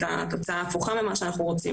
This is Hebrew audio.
את התוצאה ההפוכה ממה שאנחנו רוצים,